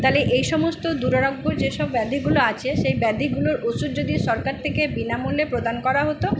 তাহলে এই সমস্ত দুরারোগ্য যে সব ব্যাধিগুলো আছে সেই ব্যাধিগুলোর ওষুধ যদি সরকার থেকে বিনামূল্যে প্রদান করা হতো